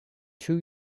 two